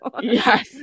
Yes